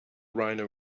rhino